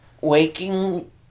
waking